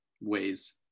ways